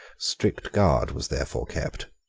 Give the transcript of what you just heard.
strict guard was therefore kept.